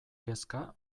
kezka